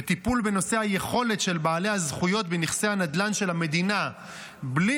וטיפול בנושא היכולת של בעלי הזכויות בנכסי הנדל"ן של המדינה בלי